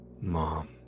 Mom